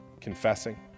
Confessing